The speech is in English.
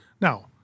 Now